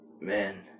Man